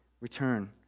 return